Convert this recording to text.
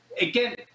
again